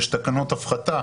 יש תקנות הפחתה.